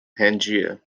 pangaea